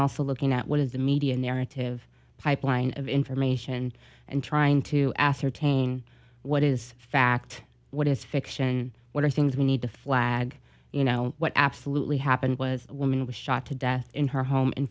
also looking at what is the media narrative pipeline of information and trying to ascertain what is fact what is fiction what are things we need to flag you know what absolutely happened was a woman was shot to death in her home in